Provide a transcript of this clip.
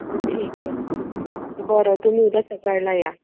ठीक आहे बरं तुम्ही उद्या सकाळला या